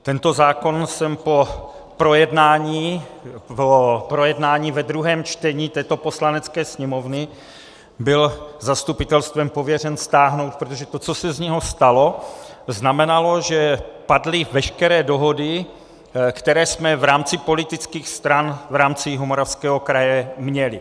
Tento zákon jsem po projednání ve druhém čtení této Poslanecké sněmovny byl zastupitelstvem pověřen stáhnout, protože to, co se z něho stalo, znamenalo, že padly veškeré dohody, které jsme v rámci politických stran v rámci Jihomoravského kraje měli.